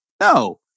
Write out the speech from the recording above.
No